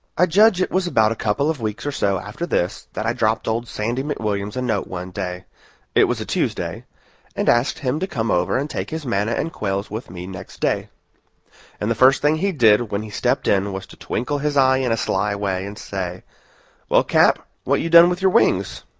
i judge it was about a couple of weeks or so after this that i dropped old sandy mcwilliams a note one day it was a tuesday and asked him to come over and take his manna and quails with me next day and the first thing he did when he stepped in was to twinkle his eye in a sly way, and say well, cap, what you done with your wings?